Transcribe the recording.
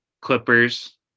Clippers